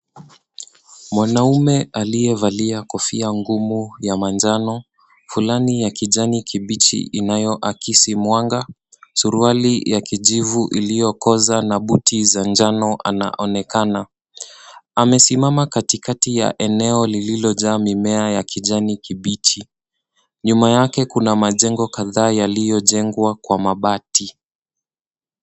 Mwanaume aliyevalia kofia ngumu ya manjano fulani ya kijani kibichi inaoakisi mwanga suruali ya kijivu iliokoza na buti za njano anaonekana. Amesimama katikati ya eneo lililojaa mimea ya kijani kibichi. Nyuma yake kuna majengo kadhaa yaliojengwa kwa mabati.